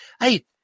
Hey